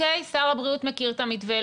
שר הבריאות מכיר את המתווה,